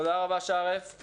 תודה רבה, שרף.